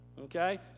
okay